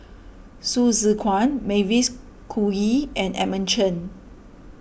Hsu Tse Kwang Mavis Khoo Oei and Edmund Chen